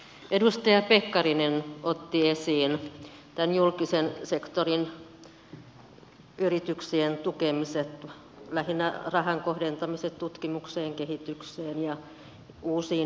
edustaja pekkarinen otti esiin julkisen sektorin yrityksien tukemiset lähinnä rahan kohdentamiset tutkimukseen kehitykseen ja uusiin innovaatioihin